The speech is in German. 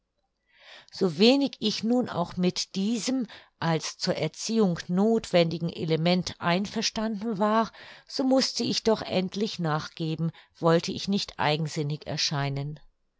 so wenig ich nun auch mit diesem als zur erziehung nothwendigen element einverstanden war so mußte ich doch endlich nachgeben wollte ich nicht eigensinnig erscheinen